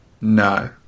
No